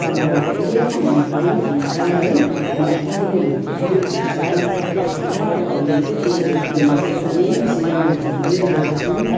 लेकमा हुनेहरू पनि फुल्छ है औलमा हुनेहरू पनि फुल्छ र अब हामीले चाहिँ त्यो फुलमा चाहिँ एकदमै बेसी ध्यान दिइरहेको छौँ